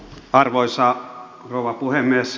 arvoisa rouva puhemies